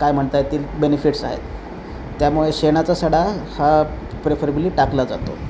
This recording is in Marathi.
काय म्हणता येतील बेनिफिट्स आहेत त्यामुळे शेणाचा सडा हा प्रिफरेबली टाकला जातो